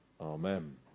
Amen